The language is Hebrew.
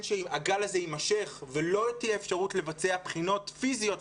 שהגל הזה יימשך ולא תהיה אפשרות לבצע בחינות פיזיות,